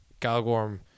galgorm